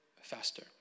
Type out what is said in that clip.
faster